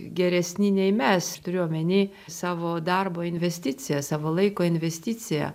geresni nei mes turiu omeny savo darbo investicija savo laiko investicija